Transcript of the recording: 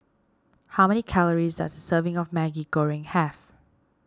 how many calories does a serving of Maggi Goreng have